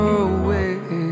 away